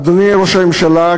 אדוני ראש הממשלה,